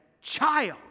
child